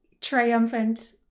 triumphant